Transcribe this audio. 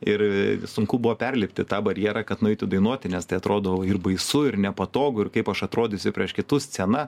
ir sunku buvo perlipti tą barjerą kad nueitų dainuoti nes tai atrodo ir baisu ir nepatogu ir kaip aš atrodysiu prieš kitus scena